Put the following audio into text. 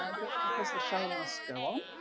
ah but because the show must go on,